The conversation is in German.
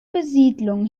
besiedlung